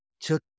took